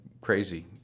crazy